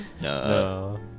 no